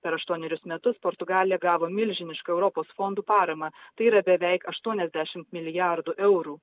per aštuonerius metus portugalija gavo milžinišką europos fondų paramą tai yra beveik aštuoniasdešimt milijardų eurų